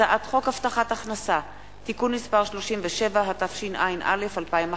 הצעת חוק מיסוי מקרקעין (תיקוני חקיקה) (הוראות